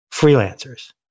freelancers